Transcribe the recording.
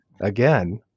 again